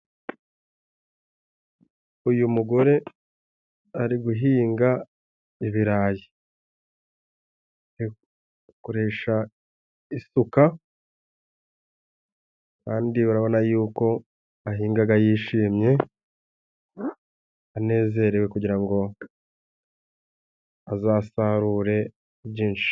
Uyu mugore ari guhinga ibirayi. Akoresha isuka kandi urabona y'uko ahingaga yishimye, anezerewe kugira ngo azasarure byinshi.